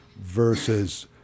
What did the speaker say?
versus